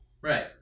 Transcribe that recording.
right